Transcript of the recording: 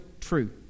true